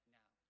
now